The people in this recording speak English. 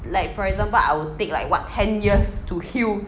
like like for example I'll take like what ten years to heal